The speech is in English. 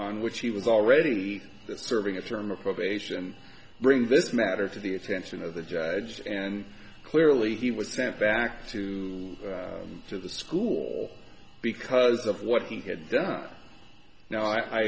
on which he was already serving a term of probation and bring this matter to the attention of the judge and clearly he was sent back to to the school because of what he had done now i